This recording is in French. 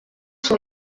sont